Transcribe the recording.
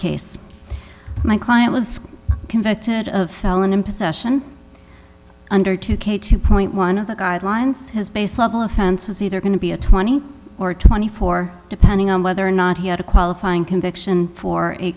case my client was convicted of felon in possession under two k two point one of the guidelines his base level offense was either going to be a twenty or twenty four depending on whether or not he had a qualifying conviction for a